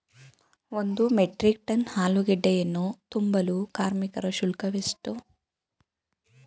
ಒಂದು metric ton ಆಲೂಗೆಡ್ಡೆಯನ್ನು ತುಂಬಲು ಕಾರ್ಮಿಕರ ಶುಲ್ಕ ಎಷ್ಟು?